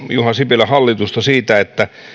juha sipilän hallitusta siitä että